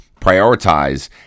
prioritize